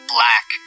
Black